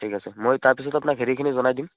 ঠিক আছে মই তাৰপিছত আপোনাক হেৰিখিনি জনাই দিম